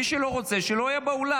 מי שלא רוצה שלא יהיה באולם.